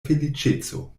feliĉeco